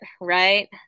right